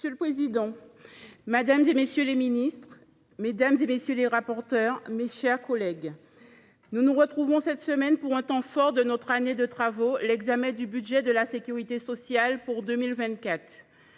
Monsieur le président, madame la ministre, messieurs les ministres, mes chers collègues, nous nous retrouvons cette semaine pour un temps fort de notre année de travaux, l’examen du budget de la sécurité sociale pour 2024.